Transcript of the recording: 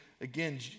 again